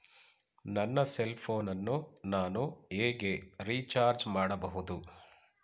ನನ್ನ cell phone ಅನ್ನು ನಾನು ಹೇಗೆ ರಿಚಾರ್ಜ್ ಮಾಡಬಹುದು?